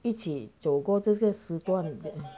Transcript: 一起走过这个时段